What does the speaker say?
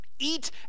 Eat